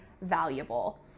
valuable